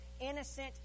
innocent